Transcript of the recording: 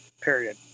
Period